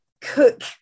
cook